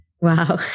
wow